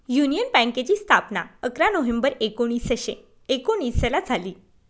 union बँकेची स्थापना अकरा नोव्हेंबर एकोणीसशे एकोनिसला झाली